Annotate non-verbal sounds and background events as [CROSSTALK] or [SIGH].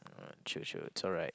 [NOISE] true true it's alright